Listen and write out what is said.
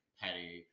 petty